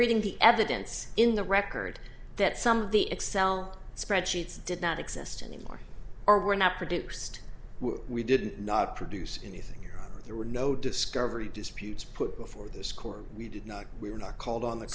reading the evidence in the record that some of the excel spreadsheets did not exist anymore or were not produced we did not produce anything here there were no discovery disputes put before this court we did not we were not called on th